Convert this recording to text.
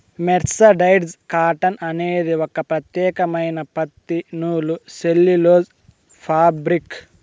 mercerised cotton అనేది ఒక ప్రత్యేకమైన పత్తి నూలు సెల్యులోజ్ ఫాబ్రిక్